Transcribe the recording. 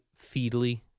Feedly